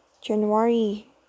January